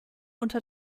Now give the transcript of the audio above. unter